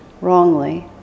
wrongly